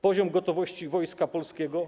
Poziom gotowości Wojska Polskiego.